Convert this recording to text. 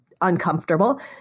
uncomfortable